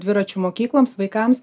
dviračių mokykloms vaikams